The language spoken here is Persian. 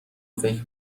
فکر